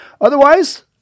Otherwise